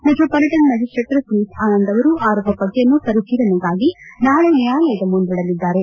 metropolitan magistrate Sumit Anand ಅವರು ಆರೋಪಪಟ್ಟಯನ್ನು ಪರಿಶೀಲನೆಗಾಗಿ ನಾಳೆ ನ್ನಾಯಾಲಯದ ಮುಂದಿಡಲಿದ್ದಾರೆ